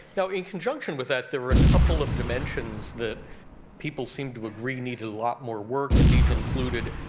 now, in conjunction with that, there were a couple of dimensions that people seem to agree needed a lot more work, and these included,